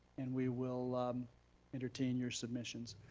and we will um entertain your submissions.